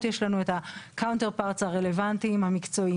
שגם קיים בגרמניה נתת דוגמה מה-"לופטישף".